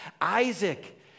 Isaac